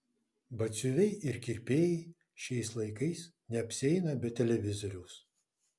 batsiuviai ir kirpėjai šiais laikais neapsieina be televizoriaus